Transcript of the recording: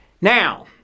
Now